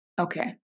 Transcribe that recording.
okay